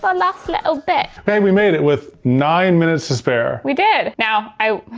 um last little bit. hey we made it with nine minutes to spare. we did. now, i,